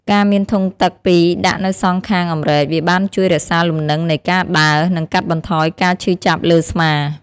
ការមានធុងទឹកពីរដាក់នៅសងខាងអម្រែកវាបានជួយរក្សាលំនឹងនៃការដើរ និងកាត់បន្ថយការឈឺចាប់លើស្មា។